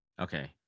Okay